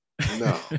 No